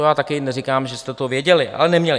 Já taky neříkám, že jste to věděli, ale neměli.